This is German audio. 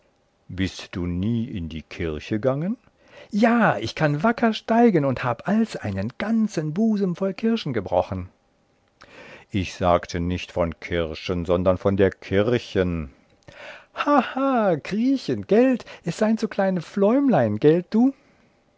bist du nie in die kirche gangen simpl ja ich kann wacker steigen und hab alls ein ganzen busem voll kirschen gebrochen einsied ich sage nicht von kirschen sondern von der kirchen simpl haha kriechen gelt es seind so kleine pfläumlein gelt du